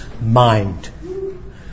mind